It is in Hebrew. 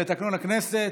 לתקנון הכנסת,